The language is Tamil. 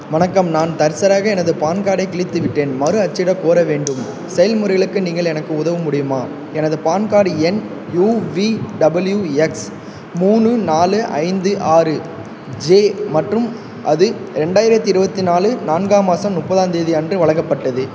வணக்கம் நான் தற்செயலாக எனது பான் கார்டைக் கிழித்துவிட்டேன் மறு அச்சிடக் கோர வேண்டும் செயல்முறைகளுக்கு நீங்கள் எனக்கு உதவ முடியுமா எனது பான் கார்டு எண் யுவிடபிள்யூ எக்ஸ் மூணு நாலு ஐந்து ஆறு ஜே மற்றும் அது ரெண்டாயிரத்தி இருபத்தி நாலு நான்காம் மாசம் முப்பதாந்தேதி அன்று வழங்கப்பட்டது